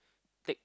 take